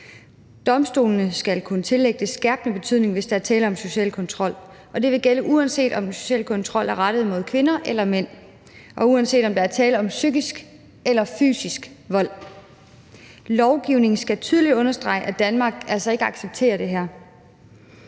Domstolene skal kunne tillægge det skærpende betydning, hvis der er tale om social kontrol, og det vil gælde, uanset om den sociale kontrol er rettet mod kvinder eller mænd, og uanset om der er tale om psykisk eller fysisk vold. Lovgivningen skal tydeligt understrege, at Danmark altså ikke accepterer det her,